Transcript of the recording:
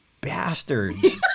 bastards